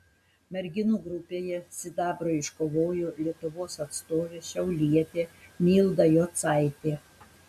merginų grupėje sidabrą iškovojo lietuvos atstovė šiaulietė milda jocaitė